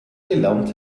gelernt